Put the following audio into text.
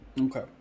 Okay